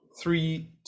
Three